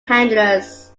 handlers